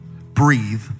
breathe